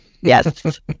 yes